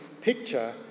picture